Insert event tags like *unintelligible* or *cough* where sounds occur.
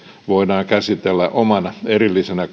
voidaan käsitellä omana erillisenä *unintelligible*